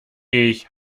ich